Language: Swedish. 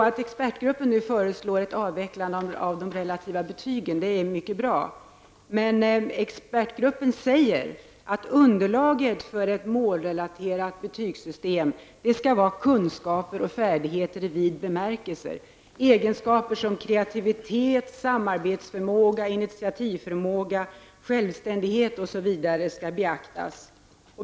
Att expertgruppen nu föreslår ett avvecklande av de relativa betygen är mycket bra, men expertgruppen säger att underlaget för ett målrelaterat betygssystem skall vara kunskaper och färdigheter i vid bemärkelse. Egenskaper som kreativitet, samarbetsförmåga, initiativförmåga, självständighet osv. skall beaktas.